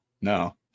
No